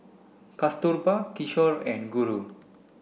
Kasturba Kishore and Guru